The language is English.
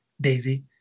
daisy